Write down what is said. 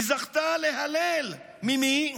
היא זכתה להלל, ממי?